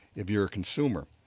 if you're a consumer.